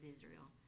Israel